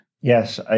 Yes